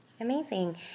Amazing